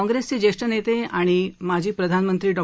काँप्रेसचे ज्येष्ठ नेते आणि माजी प्रधानमंत्री डॉ